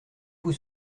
vous